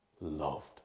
loved